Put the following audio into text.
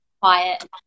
quiet